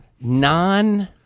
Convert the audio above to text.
non